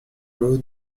l’eau